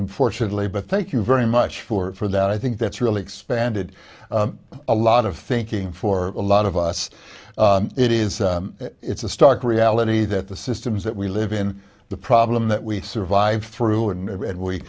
unfortunately but thank you very much for that i think that's really expanded a lot of thinking for a lot of us it is it's a stark reality that the systems that we live in the problem that we survive through and we